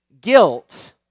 guilt